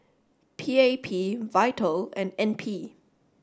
P A P VITAL and N P